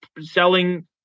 selling